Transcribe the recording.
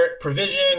provision